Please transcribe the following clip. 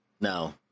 No